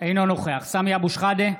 אינו נוכח סמי אבו שחאדה,